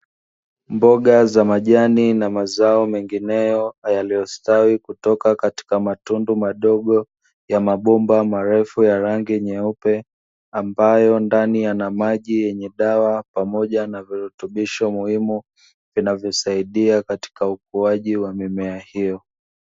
Mboga za majani na mazao mengineyo yaliyostawi kutoka katika matundu madogo ya mabomba marefu ya rangi nyeupe, ambayo ndani yana maji yenye dawa pamoja na virutubisho muhimu, vinavyosaidia katika ukuaji wa mimea hiyo.